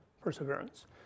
perseverance